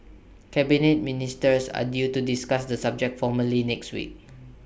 Cabinet Ministers are due to discuss the subject formally next week